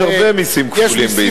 יש הרבה מסים כפולים.